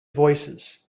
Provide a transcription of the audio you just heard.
voicesand